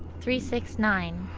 three, six, nine.